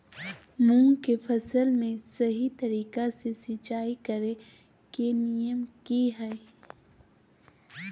मूंग के फसल में सही तरीका से सिंचाई करें के नियम की हय?